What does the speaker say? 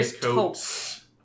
coats